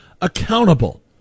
accountable